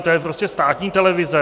To je prostě státní televize.